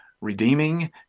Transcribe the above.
redeeming